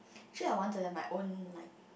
actually I want to have my own like